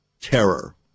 Terror